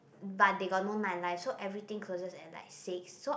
but they got no night life so everything closes at like six so